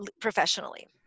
professionally